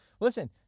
Listen